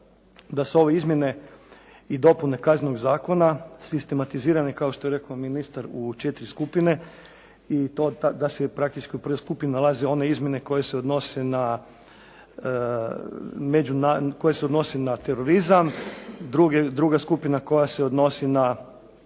da se ove izmjene i dopune Kaznenog zakona sistematizirane kao što je rekao ministar u četiri skupine i da se praktički u prvoj skupini nalaze one izmjene koje se odnose na terorizam, druga skupina koja se odnosi na